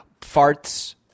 farts